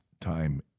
time